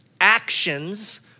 actions